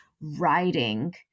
writing